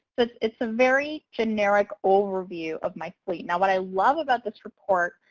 this is a very generic overview of my fleet. now what i love about this report,